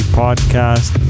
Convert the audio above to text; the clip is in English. podcast